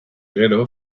gero